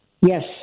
Yes